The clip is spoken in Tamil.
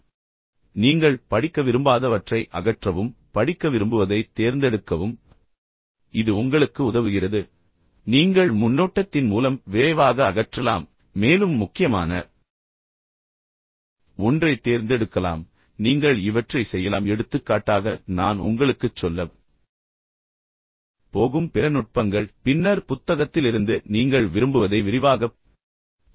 எனவே நீங்கள் படிக்க விரும்பாதவற்றை அகற்றவும் படிக்க விரும்புவதைத் தேர்ந்தெடுக்கவும் இது உங்களுக்கு உதவுகிறது நீங்கள் முன்னோட்டத்தின் மூலம் விரைவாக அகற்றலாம் மேலும் முக்கியமான ஒன்றைத் தேர்ந்தெடுக்கலாம் பின்னர் நீங்கள் இவற்றை செய்யலாம் எடுத்துக்காட்டாக நான் உங்களுக்குச் சொல்லப் போகும் பிற நுட்பங்கள் பின்னர் புத்தகத்திலிருந்து நீங்கள் விரும்புவதை விரிவாகப் படிக்கலாம்